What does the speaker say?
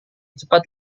cepat